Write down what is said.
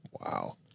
Wow